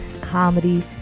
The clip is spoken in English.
comedy